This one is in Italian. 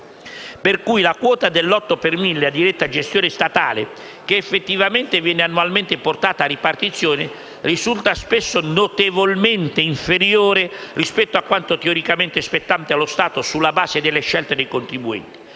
per cui la quota dell'otto per mille a diretta gestione statale che effettivamente viene annualmente portata a ripartizione risulta spesso notevolmente inferiore rispetto a quanto teoricamente spettante allo Stato sulla base delle scelte dei contribuenti,